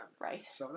Right